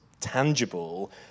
tangible